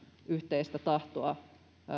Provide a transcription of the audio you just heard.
yhteistä tahtoa